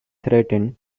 threatened